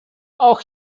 auch